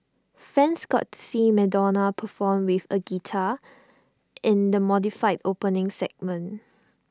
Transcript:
fans got to see Madonna perform with A guitar in the modified opening segment